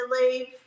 leave